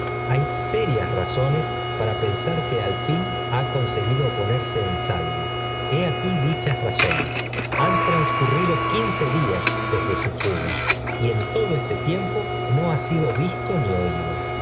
hay serias razones para pensar que al fin ha conseguido ponerse en salvo he aquí dichas razones han transcurrido quince días desde su fuga y en todo este tiempo no ha sido visto ni oído